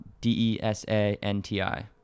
d-e-s-a-n-t-i